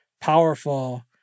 powerful